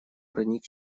проник